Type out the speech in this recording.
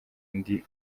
ndi